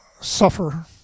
suffer